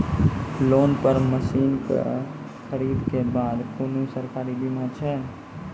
Loan पर मसीनऽक खरीद के बाद कुनू सरकारी बीमा छै?